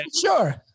sure